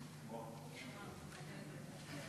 אילן.